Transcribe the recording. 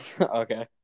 Okay